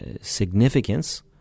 significance